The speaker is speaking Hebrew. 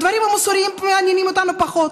הדברים המוסריים מעניינים אותנו פחות.